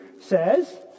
says